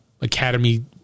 academy